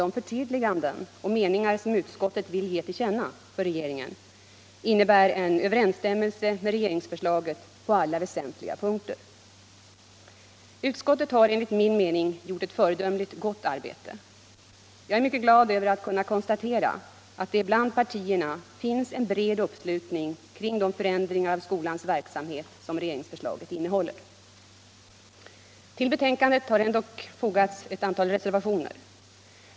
de förtydliganden och meningar som utskottet vill ”ge till känna” för regeringen innebär en överensstämmelse med regeringsförslaget på alla väsentliga punkter. Utskottet har enligt min mening gjort ett föredömligt gott arbete. Jag är mycket glad över att kunna konstatera att det bland partierna finns en bred uppslutning kring de förändringar av skolans verksamhet som regeringsförslaget syftar till. Till betänkandet har ändock fogats ett antal reservationer.